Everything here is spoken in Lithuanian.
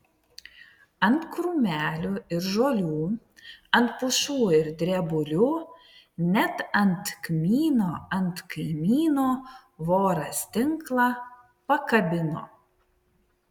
ant krūmelių ir žolių ant pušų ir drebulių net ant kmyno ant kaimyno voras tinklą pakabino